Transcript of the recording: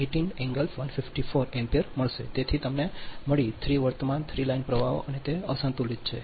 તેથી તમને મળી 3 વર્તમાન 3 લાઇન પ્રવાહો અને તે અસંતુલિત છે